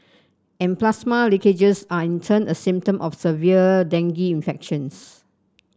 and plasma leakages are in turn a symptom of severe dengue infections